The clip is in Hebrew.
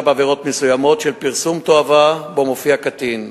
בעבירות מסוימות של פרסום תועבה שבו מופיע קטין.